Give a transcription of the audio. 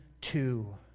two